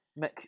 Mick